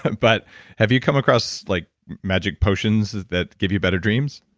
but but have you come across like magic potions that give you better dreams?